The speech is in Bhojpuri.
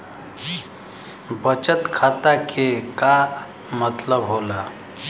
बचत खाता के का मतलब होला?